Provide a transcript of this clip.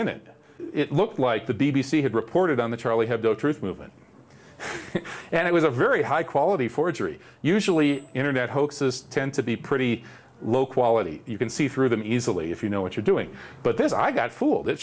in it it looked like the b b c had reported on the charlie hebdo truth movement and it was a very high quality forgery usually internet hoaxes tend to be pretty low quality you can see through them easily if you know what you're doing but this i got fooled